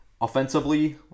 offensively